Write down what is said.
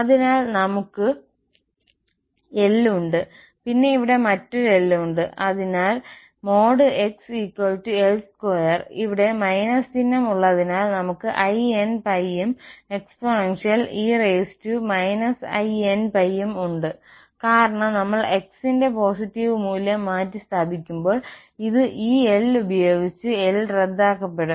അതിനാൽ നമ്മൾക്ക് l ഉണ്ട് പിന്നെ ഇവിടെ മറ്റൊരു l ഉണ്ട് അതിനാൽ l×ll2 ഇവിടെ മൈനസ് ചിഹ്നം ഉള്ളതിനാൽ നമുക്ക് inπ ഉം എക്സ്പോണൻഷ്യൽ e−inπ ഉം ഉണ്ട് കാരണം നമ്മൾ x ന്റെ പോസിറ്റീവ് മൂല്യം മാറ്റിസ്ഥാപിക്കുമ്പോൾ ഇത് ഈ l ഉപയോഗിച്ച് l റദ്ദാക്കപ്പെടും